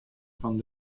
fan